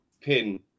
pin